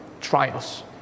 trials